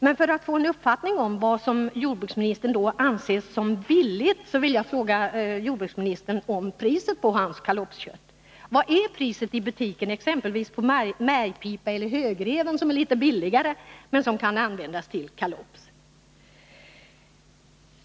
Men för att få en uppfattning om vad jordbruksministern anser vara billigt, vill jag fråga jordbruksministern om priset på hans kalopskött. Vad är priset i butiken exempelvis på märgpipa eller högrev, som är litet billigare men också kan användas till kalops?